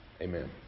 Amen